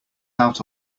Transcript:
out